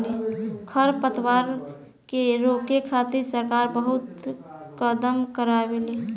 खर पतवार के रोके खातिर सरकार बहुत कदम उठावेले